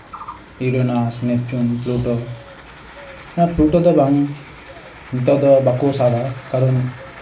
Uranus Neptune Pluto Pluto ᱫᱚ ᱵᱟᱝ ᱱᱤᱛᱚᱜ ᱫᱚ ᱵᱟᱠᱚ ᱥᱟᱵᱟ ᱠᱟᱨᱚᱱ